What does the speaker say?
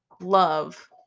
love